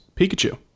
Pikachu